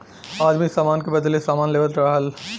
आदमी सामान के बदले सामान लेवत रहल